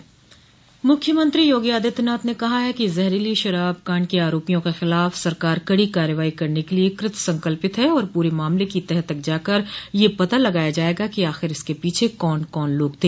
मुख्यमंत्री योगी आदित्यनाथ ने कहा है कि जहरीली शराब कांड के आरोपियों के खिलाफ सरकार कड़ी कार्रवाई करने के लिये कृत संकल्प है और पूरे मामले की तह तक जाकर यह पता लगाया जायेगा कि आखिर इसके पीछे कौन लोग थ